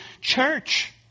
church